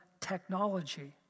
technology